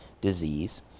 disease